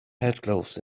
headcloth